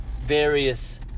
various